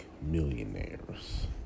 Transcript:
millionaires